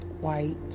white